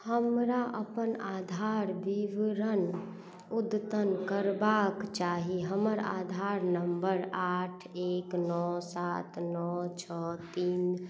हमरा अपन आधार बिवरण उद्यतन करबाक चाही हमर आधार नम्बर आठ एक नओ सात नओ छओ तीन